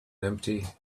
empty